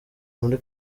muri